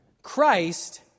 Christ